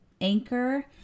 anchor